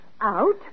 Out